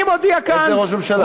אני מודיע כאן, איזה ראש ממשלה?